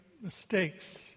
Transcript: mistakes